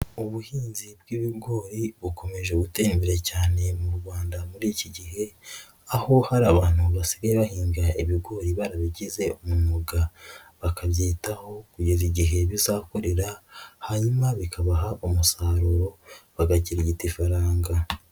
Ubuhinzi bw'ibigori bukomeje gutera imbere cyane mu Rwanda muri iki gihe aho hari abantu basigaye bahinga ibigori barabigize umwuga, bakabyitaho kugeza igihe bizakurira hanyuma bikabaha umusaruro bagakirigita ifaranga.